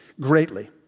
greatly